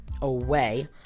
away